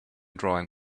drawing